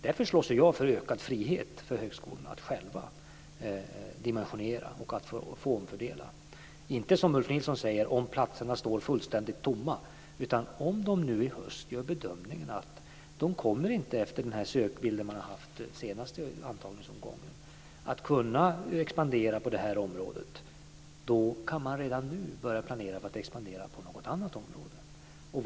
Därför slåss jag för ökad frihet för högskolorna att själva få dimensionera och omfördela - inte så som Ulf Nilsson säger, om platserna står fullständigt tomma, utan om de nu i höst gör den bedömningen att de inte efter den sökbild de haft vid den senaste antagningsomgången kommer att kunna expandera på det området kan de redan nu börja planera att expandera på något annat område.